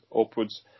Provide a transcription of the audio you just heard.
upwards